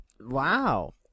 Wow